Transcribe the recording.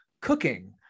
cooking